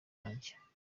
wanjye